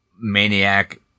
maniac